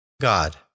God